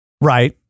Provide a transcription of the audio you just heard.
Right